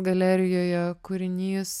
galerijoje kūrinys